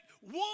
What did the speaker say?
one